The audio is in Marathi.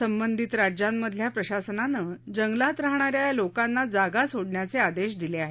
संबधीत राज्यांमधल्या प्रशासनानं जंगलात राहणा या या लोकांना जागा सोडण्याचे आदेश दिले आहेत